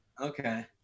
Okay